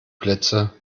plätze